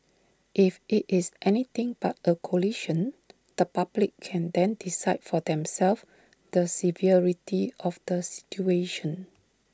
if IT is anything but A collision the public can then decide for themselves the severity of the situation